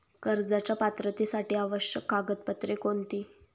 कर्जाच्या पात्रतेसाठी आवश्यक कागदपत्रे कोणती?